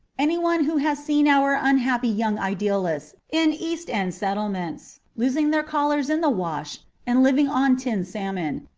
anyone who has seen our unhappy young idealists in east end settlements losing their collars in the wash and living on tinned salmon,